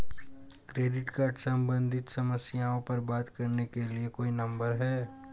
Credit card सम्बंधित समस्याओं पर बात करने के लिए कोई नंबर है?